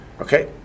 Okay